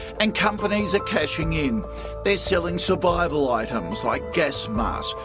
and companies are cashing in they're selling survival items, like gas masks,